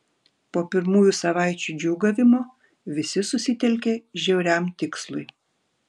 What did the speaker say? po pirmųjų savaičių džiūgavimo visi susitelkė žiauriam tikslui